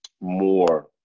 more